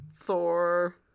Thor